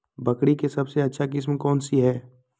बकरी के सबसे अच्छा किस्म कौन सी है?